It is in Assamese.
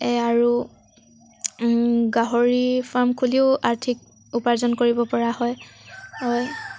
আৰু গাহৰি ফাৰ্ম খুলিও আৰ্থিক উপাৰ্জন কৰিবপৰা হয় হয়